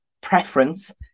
preference